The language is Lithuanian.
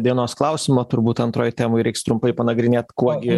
dienos klausimo turbūt antroj temoj reiks trumpai panagrinėt kuo gi